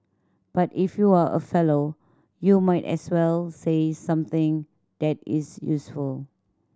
but if you are a fellow you might as well say something that is useful